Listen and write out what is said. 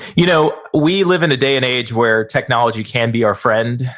you know, we live in a day and age where technology can be our friend.